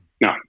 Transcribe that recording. No